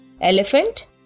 Elephant